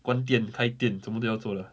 关店开店什么都要做 lah